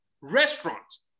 Restaurants